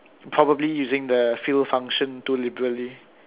probably using the fill function too liberally